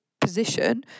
position